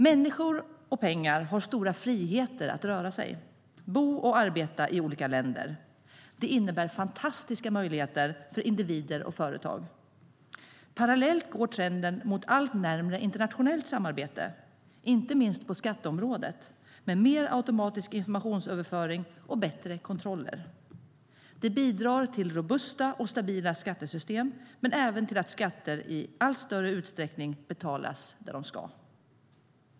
Människor och pengar har stora friheter att röra sig, bo och arbeta i olika länder. Det innebär fantastiska möjligheter för individer och företag. Parallellt går trenden mot allt närmare internationellt samarbete, inte minst på skatteområdet, med mer automatisk informationsöverföring och bättre kontroller. Det bidrar till robusta och stabila skattesystem men även till att skatter i större utsträckning betalas där de ska.